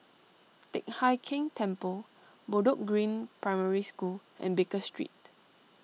Teck Hai Keng Temple Bedok Green Primary School and Baker Street